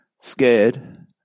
scared